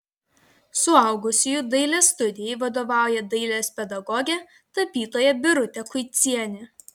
suaugusiųjų dailės studijai vadovauja dailės pedagogė tapytoja birutė kuicienė